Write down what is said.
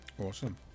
Awesome